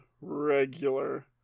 regular